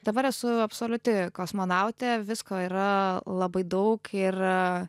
dabar esu absoliuti kosmonautė visko yra labai daug ir a